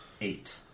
Eight